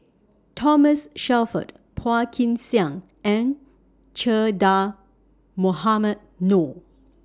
Thomas Shelford Phua Kin Siang and Che Dah Mohamed Noor